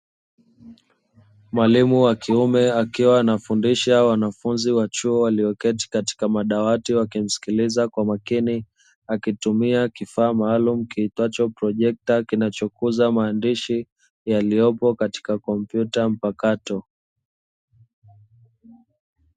Mwalimu wa kiume akiwa anafundisha wanafunzi wa chuo walioketi katika madawati wakimsikiliza kwa makini, akitumia kifaa maalumu kiitwacho projekta kinachokuza maandishi yaliyopo katika kompyuta mpakato.